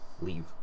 leave